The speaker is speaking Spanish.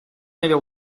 medio